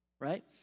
right